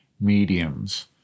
mediums